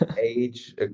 Age